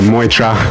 Moitra